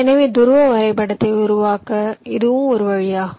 எனவே துருவ வரைபடத்தை உருவாக்க இதுவும் ஒரு வழியாகும்